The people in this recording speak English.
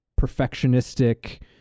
perfectionistic